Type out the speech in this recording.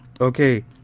Okay